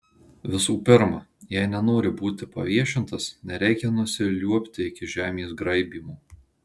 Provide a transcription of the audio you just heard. visų pirma jei nenori būti paviešintas nereikia nusiliuobti iki žemės graibymo